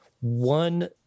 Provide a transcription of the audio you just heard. one